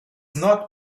not